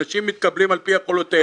אנשים מתקבלים על פי יכולותיהם,